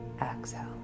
exhale